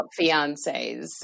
fiancés